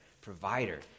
provider